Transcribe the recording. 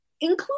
include